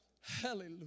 Hallelujah